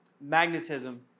magnetism